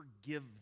forgive